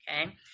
Okay